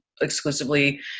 exclusively